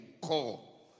call